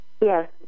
Yes